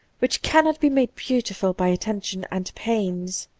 which cannot be made beautiful by attention and pains.